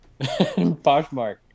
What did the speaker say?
poshmark